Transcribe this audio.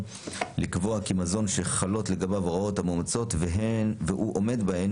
לקבוע כי מזון שחלות לגביו הוראות המאומצות והוא עומד בהן,